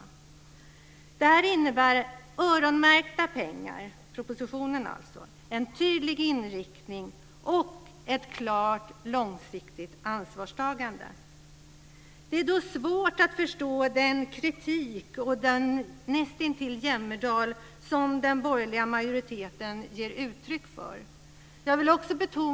Propositionen innebär öronmärkta pengar, en tydlig inriktning och ett klart långsiktigt ansvarstagande. Det är därför svårt att förstå den kritik och den jämmerdal - nästintill - som den borgerliga majoriteten ger uttryck för.